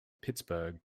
pittsburgh